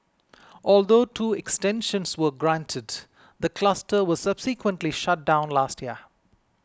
although two extensions were granted the cluster was subsequently shut down last year